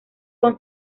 con